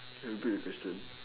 can you repeat the question